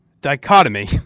dichotomy